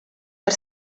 per